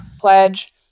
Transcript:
pledge